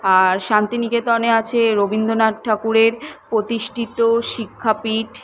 আর শান্তিনিকেতনে আছে রবীন্দ্রনাথ ঠাকুরের প্রতিষ্ঠিত শিক্ষাপীঠ